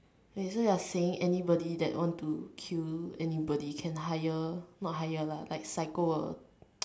wait so you are saying anybody that want to kill nybody can hire not hire lah like psycho a